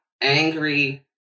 angry